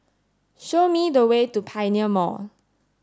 show me the way to Pioneer Mall